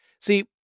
See